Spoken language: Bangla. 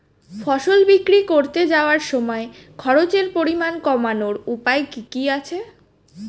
ফসল বিক্রি করতে যাওয়ার সময় খরচের পরিমাণ কমানোর উপায় কি কি আছে?